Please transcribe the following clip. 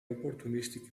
opportunistic